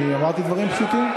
אמרתי דברים פשוטים.